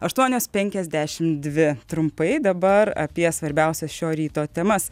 aštuonios penkiasdešim dvi trumpai dabar apie svarbiausias šio ryto temas